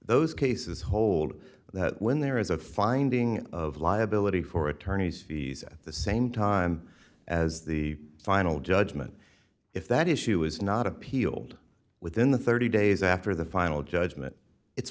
those cases hold that when there is a finding of liability for attorney's fees at the same time as the final judgment if that issue is not appealed within the thirty dollars days after the final judgment it's